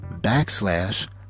backslash